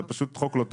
זה פשוט חוק לא טוב.